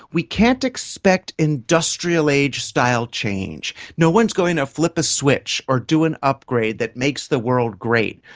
we can't expect industrial age style change. no one is going to flip a switch or do an upgrade that makes the world great.